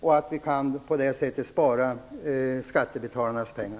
På det sättet kan vi spara skattebetalarnas pengar.